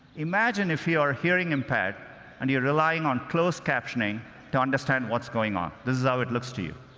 imagine if you're hearing impaired and you're relying on closed captioning to understand what's going on. this is how it looks to you.